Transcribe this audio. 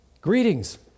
Greetings